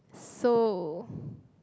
so